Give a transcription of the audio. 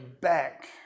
back